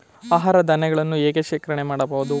ಆಹಾರ ಧಾನ್ಯಗಳನ್ನು ಹೇಗೆ ಶೇಖರಣೆ ಮಾಡಬಹುದು?